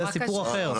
זה סיפור אחר.